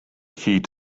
heat